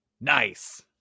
Nice